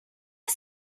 است